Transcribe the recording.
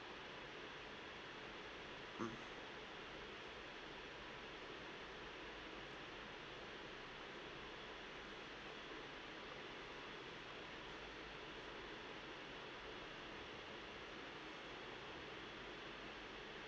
mm